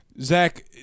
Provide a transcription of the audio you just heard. Zach